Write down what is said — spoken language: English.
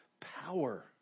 power